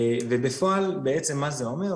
בפועל בעצם מה זה אומר?